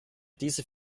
diese